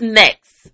next